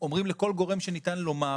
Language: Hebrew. אומרים לכל גורם שניתן לומר,